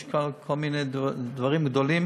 יש כל מיני דברים גדולים,